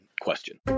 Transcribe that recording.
question